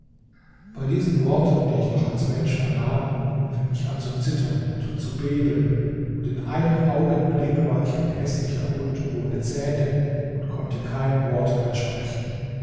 bei diesen worten die ich noch als mensch vernahm fing ich an zu zittern und zu beben und in einem augenblick war ich ein häßlicher hund ohne zähne und konnte kein wort mehr sprechen